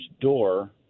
door